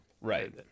Right